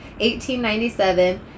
1897